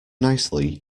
nicely